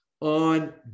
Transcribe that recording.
on